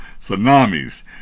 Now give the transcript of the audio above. tsunamis